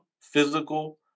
physical